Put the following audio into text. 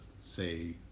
say